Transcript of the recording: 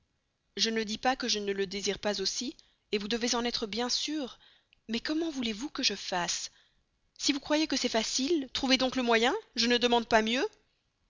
je ne dis pas que je ne le désire pas aussi vous devez en être bien sûr mais comment voulez-vous que je fasse si vous croyez que c'est si facile trouvez donc le moyen je ne demande pas mieux